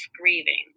grieving